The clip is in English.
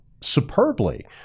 superbly